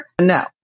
no